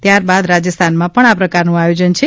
ત્યારબાદ રાજસ્થાનમાં પણ આ પ્રકારનું આયોજન છે